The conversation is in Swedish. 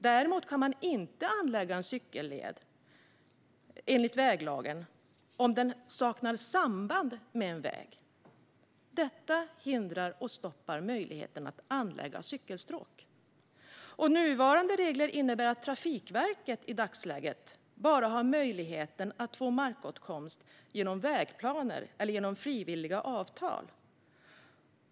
Däremot kan man, enligt väglagen, inte anlägga en cykelled om den saknar samband med en väg. Detta hindrar och stoppar möjligheten att anlägga cykelstråk. Nuvarande regler innebär att Trafikverket i dagsläget bara har möjlighet att få markåtkomst genom vägplaner eller genom frivilliga avtal.